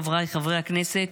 חבריי חברי הכנסת,